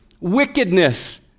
wickedness